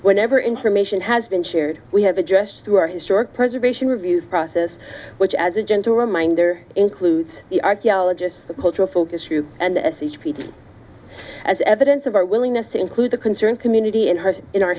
whenever information has been shared we have addressed through our historic preservation review process which as a gentle reminder includes the archaeologist the cultural focus group and each piece as evidence of our willingness to include the concerned community and heard in our